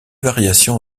variations